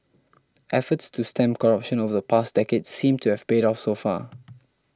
efforts to stem corruption over the past decade seem to have paid off so far